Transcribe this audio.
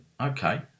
Okay